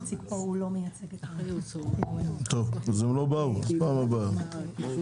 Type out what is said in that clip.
הם לא באו, אז פעם הבאה.